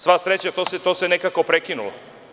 Sva sreća, to se nekako prekinulo.